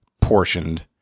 portioned